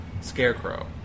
Scarecrow